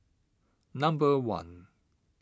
number one